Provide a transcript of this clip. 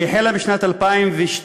שהחלה בשנת 2002,